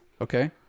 okay